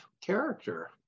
character